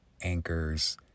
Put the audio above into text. Anchor's